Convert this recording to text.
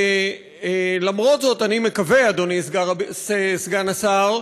ולמרות זאת אני מקווה, אדוני סגן השר,